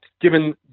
given